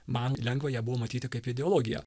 man lengva ją buvo matyti kaip ideologiją